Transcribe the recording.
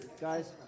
guys